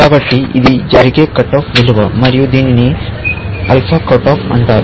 కాబట్టి ఇది జరిగే కట్ ఆఫ్ విలువ మరియు దీనిని ఆల్ఫా కట్ ఆఫ్ అంటారు